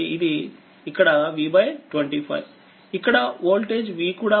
ఇక్కడ వోల్టేజ్V కూడా ఉంది మరియు ఈవోల్టేజ్ 50